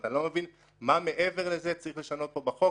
אני לא מבין מה מעבר לזה צריך לשנות פה בחוק.